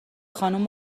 خانوم